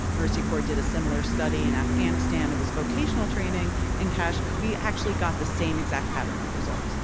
mercy corps did a similar study in afghanistan. it was vocational training and cash. we actually got the same exact pattern of results.